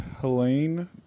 Helene